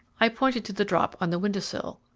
i pointed to the drop on the window sill.